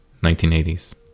1980s